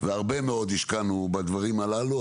והרבה מאוד השקענו בדברים הללו,